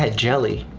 ah jelly,